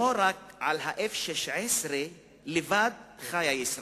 לא על ה-16-F לבד חיה ישראל,